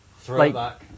Throwback